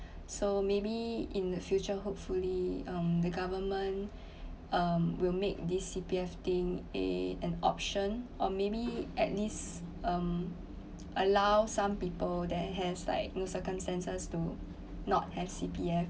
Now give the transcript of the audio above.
so maybe in the future hopefully um the government um will make this C_P_F thing a an option or maybe at least um allow some people that have like you know circumstances to not have C_P_F